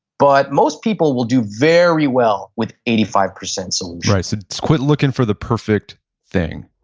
but most people will do very well with eighty five percent solutions right. so, quit looking for the perfect thing.